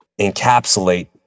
encapsulate